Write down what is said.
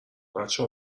بچه